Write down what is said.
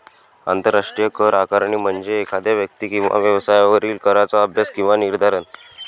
आंतरराष्ट्रीय कर आकारणी म्हणजे एखाद्या व्यक्ती किंवा व्यवसायावरील कराचा अभ्यास किंवा निर्धारण